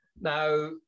Now